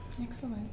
Excellent